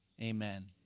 amen